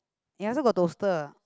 eh I also got toaster